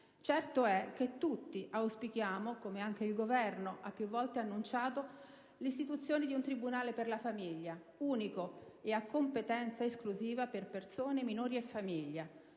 Certo è che tutti auspichiamo, come anche il Governo ha più volte annunciato, l'istituzione di un tribunale per la famiglia, unico e a competenza esclusiva per le persone, i minori e la famiglia;